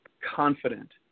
confident